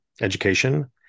education